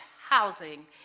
housing